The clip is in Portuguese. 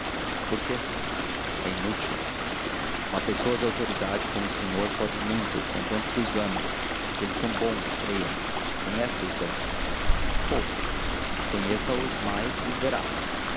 por quê é inútil uma pessoa de autoridade como o senhor pode muito contanto que os ame porque eles são bons creia conhece os bem pouco conheça os mais e verá